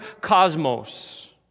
cosmos